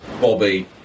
Bobby